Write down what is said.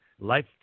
Life